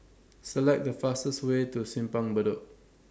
Select The fastest Way to Simpang Bedok